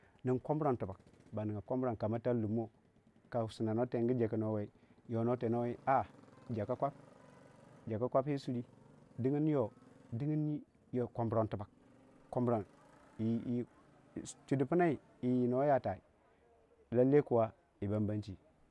Ning komburam tubag, ba ninga kombu rom kamo tar lummo ka sinna kano tengu jaka nuwoo wai yo a jaka kwap jaka kwap yii suri dingin yo kom burom tibag komburam yii chudipunne yii wuno ya taii lall kuwa yii bambanshi.